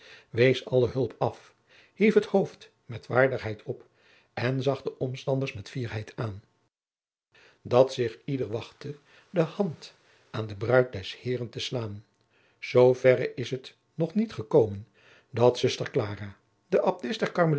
wees alle hulp af hief het hoofd met waardigheid op en zag de omstanders met fierheid aan dat zich ieder wachte de hand aan de bruid des heeren te slaan zooverre is het nog niet gekomen dat zuster klara de